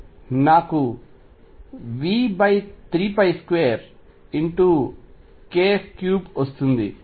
నాకు V32kF3 వస్తుంది